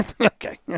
Okay